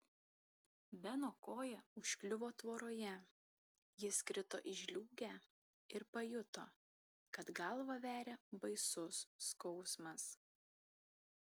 beno koja užkliuvo tvoroje jis krito į žliūgę ir pajuto kad galvą veria baisus skausmas